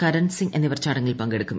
കരൺ സിംഗ് എന്നിവർ ചടങ്ങിൽ പങ്കെടുക്കും